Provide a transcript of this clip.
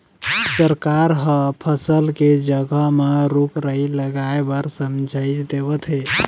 सरकार ह फसल के जघा म रूख राई लगाए बर समझाइस देवत हे